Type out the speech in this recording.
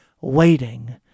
waiting